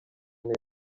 neza